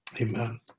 Amen